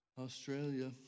Australia